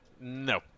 No